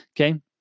Okay